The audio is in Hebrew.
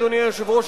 אדוני היושב-ראש,